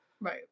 Right